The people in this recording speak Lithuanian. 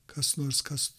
kas nors kas